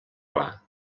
clar